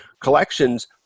Collections